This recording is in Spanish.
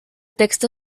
texto